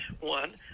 One